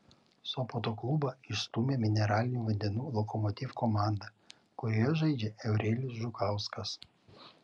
sopoto klubą išstūmė mineralinių vandenų lokomotiv komanda kurioje žaidžia eurelijus žukauskas